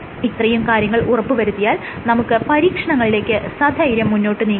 ഇത്രയും കാര്യങ്ങൾ ഉറപ്പ് വരുത്തിയാൽ നമുക്ക് പരീക്ഷണങ്ങളിലേക്ക് സധൈര്യം മുന്നോട്ട് നീങ്ങാം